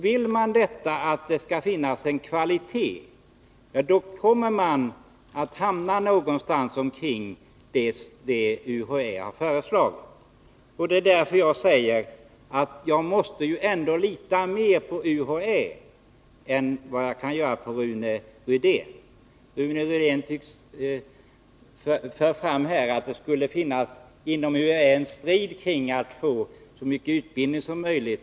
Vill man ha kvalitet, hamnar man någonstans i närheten av UHÄ:s förslag. Jag säger därför att jag måste lita mer på UHÄ än vad jag kan lita på Rune Rydén. Nr 100 Rune Rydén anför här att det inom UHÄ skulle förekomma en strid i frågan hur stort inslaget av undervisning skall vara.